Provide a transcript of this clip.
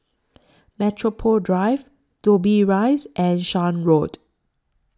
Metropole Drive Dobbie Rise and Shan Road